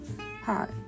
Hi